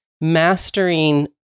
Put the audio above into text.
mastering